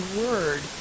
word